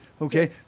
okay